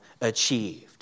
achieved